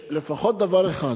שלפחות דבר אחד,